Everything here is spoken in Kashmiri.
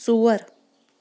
ژور